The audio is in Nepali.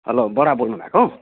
हेलो बडा बोल्नुभएको